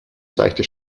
seichte